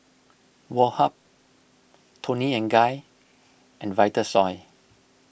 Woh Hup Toni and Guy and Vitasoy